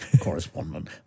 correspondent